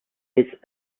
its